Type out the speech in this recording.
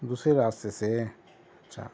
دوسرے راستے سے اچھا